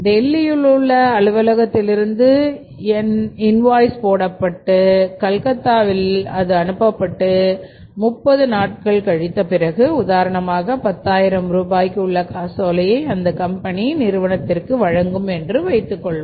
டெல்லியில் உள்ள அலுவலகத்தில் இருந்து என் வாய்ஸ் போடப்பட்ட கல்கத்தாவிற்கு அது அனுப்பப்பட்டு 30 நாட்கள் கழித்த பிறகு உதாரணமாக பத்தாயிரம் ரூபாய்க்கு உள்ள காசோலையை அந்த கம்பெனி நிறுவனத்திற்கு வழங்கும் என்று வைத்துக் கொள்வோம்